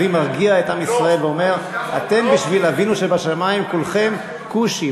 הנביא מרגיע את עם ישראל ואומר: אתם בשביל אבינו שבשמים כולכם כושים,